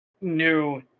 new